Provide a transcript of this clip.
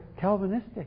Calvinistic